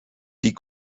die